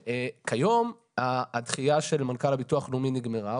כיום הדחייה של מנכ"ל הביטוח הלאומי נגמרה.